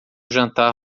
jantar